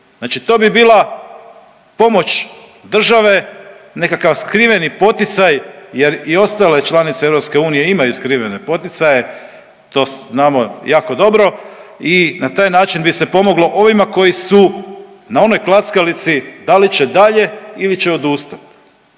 znači to bi bila pomoć države, nekakav skriveni poticaj jer i ostale članice EU imaju skrivene poticaje, to znamo jako dobro i na taj način bi se pomoglo ovima koji su na onoj klackalici da li će dalje ili će odustat,